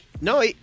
No